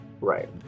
Right